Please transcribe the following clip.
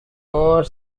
more